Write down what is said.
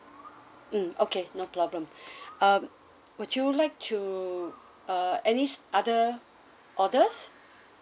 mm okay no problem um would you like to uh any other orders